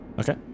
Okay